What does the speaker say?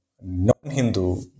non-Hindu